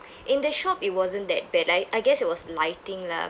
in the shop it wasn't that bad I I guess it was lighting lah